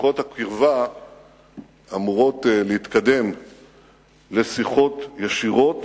וששיחות הקרבה אמורות להתקדם לשיחות ישירות